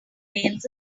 whales